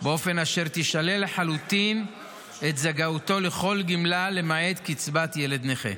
באופן אשר תישלל לחלוטין זכאותו לכל גמלה למעט קצבת ילד נכה.